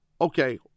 okay